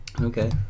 Okay